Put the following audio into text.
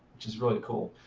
which is really cool.